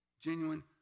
genuine